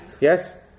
Yes